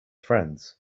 friends